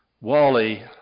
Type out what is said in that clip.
Wally